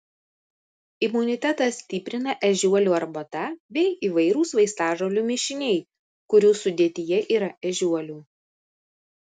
imunitetą stiprina ežiuolių arbata bei įvairūs vaistažolių mišiniai kurių sudėtyje yra ežiuolių